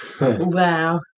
Wow